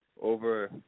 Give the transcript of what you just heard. over